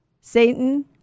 Satan